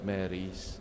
Mary's